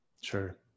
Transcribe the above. Sure